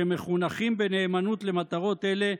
שמחונכים בנאמנות למטרות אלו,